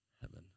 Heaven